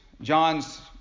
John's